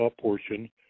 portion